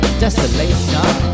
desolation